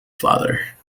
father